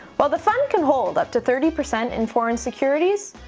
while the fund can hold up to thirty percent in foreign securities,